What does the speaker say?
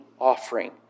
offering